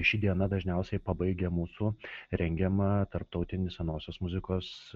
ši diena dažniausiai pabaigia mūsų rengiamą tarptautinį senosios muzikos